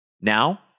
Now